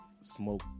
Smoke